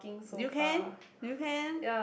you can you can